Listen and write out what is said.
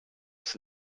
das